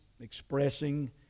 expressing